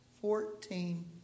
Fourteen